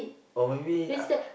or maybe uh uh